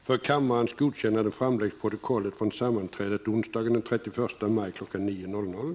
Jag får meddela att torsdagens arbetsplenum tar sin början kl. 09.00.